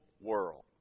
world